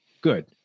good